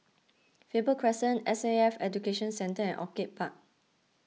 Faber Crescent S A F Education Centre and Orchid Park